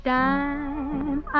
time